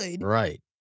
Right